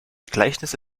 gleichnisse